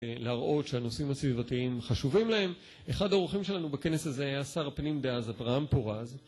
להראות שהנושאים הסביבתיים חשובים להם. אחד האורחים שלנו בכנס הזה היה שר הפנים דאז, אברהם פורז.